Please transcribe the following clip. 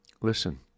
Listen